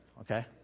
okay